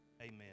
amen